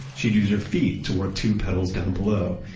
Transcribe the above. she'd use her feet to work two pedals down below,